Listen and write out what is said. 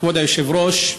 כבוד היושב-ראש,